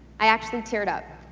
i actually teared up,